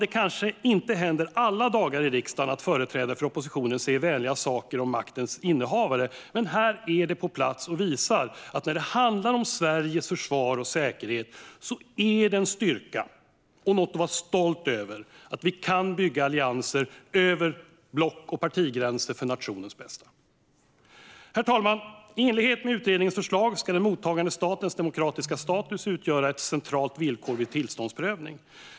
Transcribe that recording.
Det händer kanske inte alla dagar i riksdagen att företrädare för oppositionen säger vänliga saker om maktens innehavare, men här är det på sin plats och visar att när det handlar om Sveriges försvar och säkerhet är det en styrka och något att vara stolt över att vi kan bygga allianser över block och partigränser för nationens bästa. Herr talman! I enlighet med utredningens förslag ska den mottagande statens demokratiska status utgöra ett centralt villkor vid tillståndsprövning.